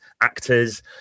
actors